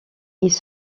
ils